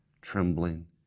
trembling